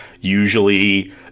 Usually